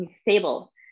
stable